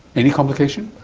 any complication?